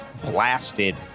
blasted